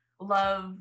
love